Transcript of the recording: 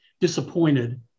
disappointed